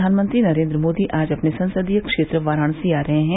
प्रधानमंत्री नरेन्द्र मोदी आज अपने संसदीय क्षेत्र वाराणसी आ रहे हैं